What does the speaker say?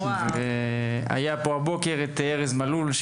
היה פה הבוקר את ארז מלול,